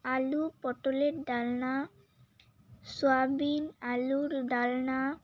আলু পটলের ডালনা সয়াবিন আলুর ডালনা